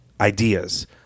ideas